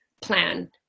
plan